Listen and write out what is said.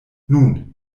nun